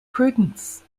prudence